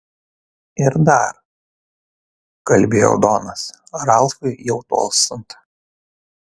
ir dar kalbėjo donas ralfui jau tolstant